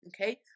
okay